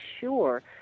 sure